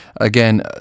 Again